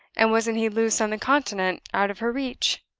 and wasn't he loose on the continent out of her reach?